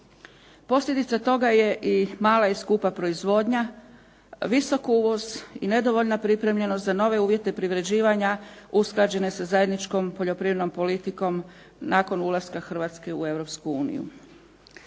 Posljedica toga je i mala i skupa proizvodnja, visok uvoz i nedovoljna pripremljenost za nove uvjete privređivanja usklađene sa zajedničkom poljoprivrednom politikom nakon ulaska Hrvatske u EU.